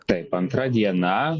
taip antra diena